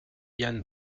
yann